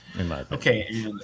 Okay